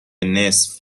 نصف